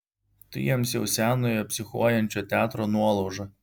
tu jiems jau senojo psichuojančio teatro nuolauža